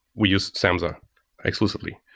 we use samza exclusively.